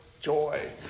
joy